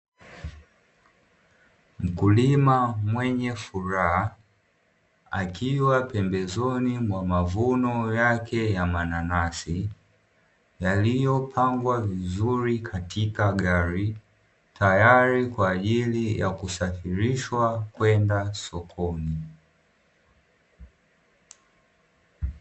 Mkulima mwenye furaha, akiwa pembezoni mwa mavuno yake ya mananasi yaliyopangwa vizuri katika gari tayari kwa ajili ya kusafirishwa kwenda sokoni.